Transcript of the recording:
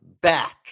back